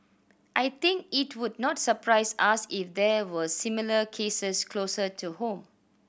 I think it would not surprise us if there were similar cases closer to home